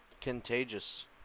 Contagious